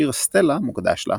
השיר "סטלה" מוקדש לה.